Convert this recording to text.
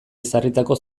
ezarritako